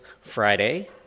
Friday